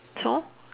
so